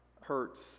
hurts